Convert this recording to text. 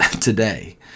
today